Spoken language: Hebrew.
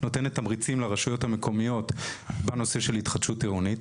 נותנת תמריצים לרשויות המקומיות בנושא של התחדשות עירונית.